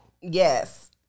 Yes